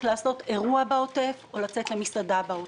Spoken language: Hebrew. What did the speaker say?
לעשות אירוע בעוטף או לצאת למסעדה בעוטף.